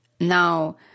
Now